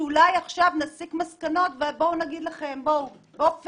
שאולי עכשיו נסיק מסקנות ונגיד לכם באופן